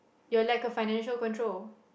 you're like a financial control